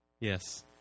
yes